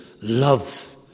love